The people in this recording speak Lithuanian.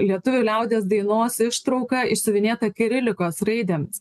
lietuvių liaudies dainos ištrauka išsiuvinėta kirilikos raidėmis